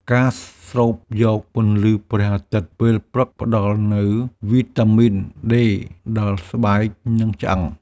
ការស្រូបយកពន្លឺព្រះអាទិត្យពេលព្រឹក ផ្តល់នូវវីតាមីន ដេ ដល់ស្បែក និងឆ្អឹង។